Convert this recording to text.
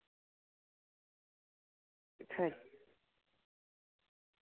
खरी